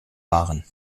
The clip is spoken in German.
waren